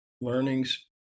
Learnings